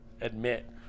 admit